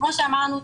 כמו שאמרנו,